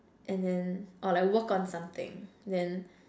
and then or like work on something then